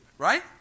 Right